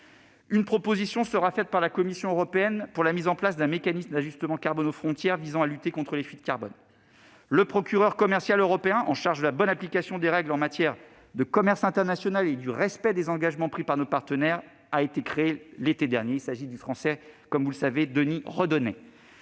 Une proposition sera faite par la Commission européenne pour la mise en place d'un mécanisme d'ajustement carbone aux frontières afin de lutter contre les fuites de carbone. Le poste de procureur commercial européen en charge de la bonne application des règles en matière de commerce international et du respect des engagements pris par nos partenaires a été créé l'été dernier- il s'agit du français Denis Redonnet.